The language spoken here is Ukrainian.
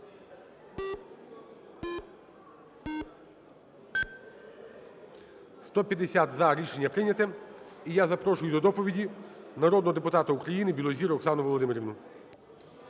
150-за. Рішення прийняте. І я запрошую до доповіді народного депутата України Білозір Оксану Володимирівну.